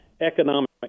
economic